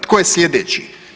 Tko je sljedeći?